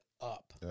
up